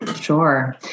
Sure